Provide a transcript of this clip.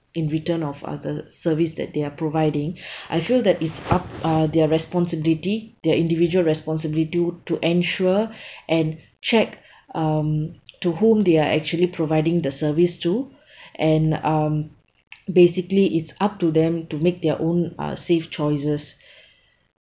in return of uh the service that they are providing I feel that it's up uh their responsibility their individual responsibility to ensure and check um to whom they are actually providing the service to and um basically it's up to them to make their own uh safe choices